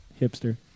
hipster